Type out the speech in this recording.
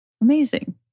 Amazing